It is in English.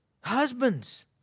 Husbands